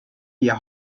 their